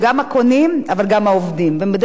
והם בדרך כלל נמצאים בסוף.